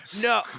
No